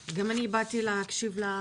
גם אני באתי להקשיב לפעילות.